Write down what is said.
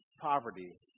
poverty